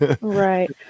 right